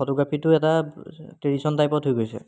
ফটোগ্ৰাফিটো এটা ট্ৰেডিশ্যন টাইপত হৈ গৈছে